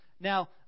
Now